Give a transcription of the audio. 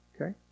Okay